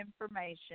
information